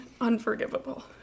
unforgivable